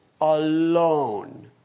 alone